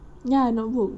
ya notebook